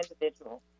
individual